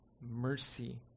mercy